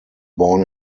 born